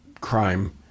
crime